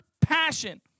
passion